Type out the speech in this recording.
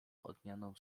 odmianą